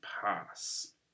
pass